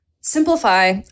simplify